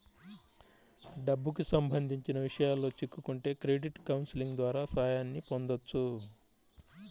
డబ్బుకి సంబంధించిన విషయాల్లో చిక్కుకుంటే క్రెడిట్ కౌన్సిలింగ్ ద్వారా సాయాన్ని పొందొచ్చు